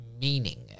meaning